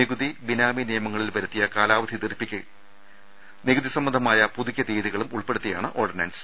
നികുതി ബിനാമി നിയമങ്ങളിൽ വരുത്തിയ കാലവധി ദീർഘിപ്പിക്കലും നികുതിസംബന്ധമായ പുതുക്കിയ തിയതികളും ഉൾപ്പെടുത്തിയാണ് ഓർഡിനൻസ്